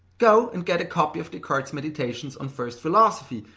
go and get a copy of descartes's meditations on first philosophy,